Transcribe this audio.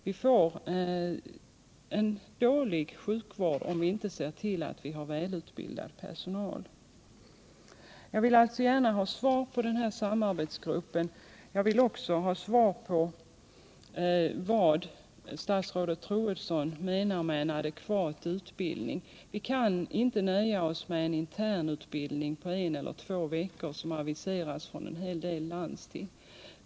Vi får en dålig sjukvård om vi inte ser till att vi har väl utbildad personal. Jag vill också gärna ha svar om samarbetsgruppen och om vad statsrådet Troedsson menar med en adekvat utbildning. Vi kan inte nöja oss med en intern utbildning på en till två veckor, som aviseras från en hel del landsting.